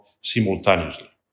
simultaneously